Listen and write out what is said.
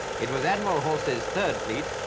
it was admiral halsey's third fleet,